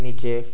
নিচে